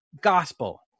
Gospel